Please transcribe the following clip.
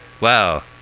Wow